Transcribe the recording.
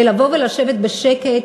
ולבוא ולשבת בשקט